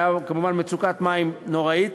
הייתה כמובן מצוקת מים נוראה,